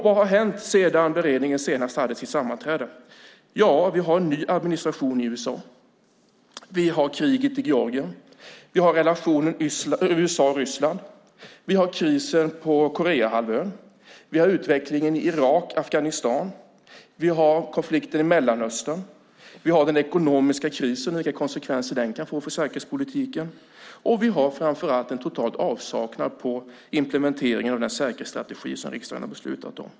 Vad har hänt sedan beredningen senast hade sitt sammanträde? Vi har en ny administration i USA, vi har kriget i Georgien, vi har relationen USA-Ryssland, vi har krisen på Koreahalvön, vi har utvecklingen i Irak och Afghanistan, vi har konflikten i Mellanöstern, vi har den ekonomiska krisen och vilka konsekvenser den kan få för säkerhetspolitiken och vi har framför allt en total avsaknad av implementeringar av den säkerhetsstrategi som riksdagen har beslutat om.